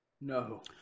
No